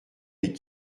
des